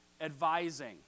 advising